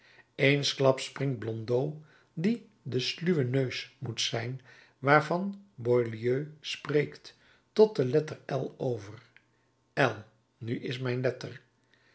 eensklaps springt blondeau die de sluwe neus moet zijn waarvan boileau spreekt tot de letter l over l nu is mijn letter